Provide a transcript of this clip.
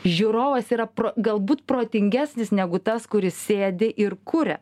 žiūrovas yra galbūt protingesnis negu tas kuris sėdi ir kuria